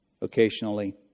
occasionally